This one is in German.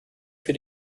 für